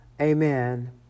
Amen